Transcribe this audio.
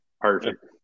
perfect